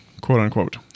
quote-unquote